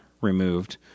removed